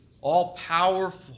all-powerful